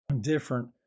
different